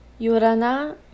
Yurana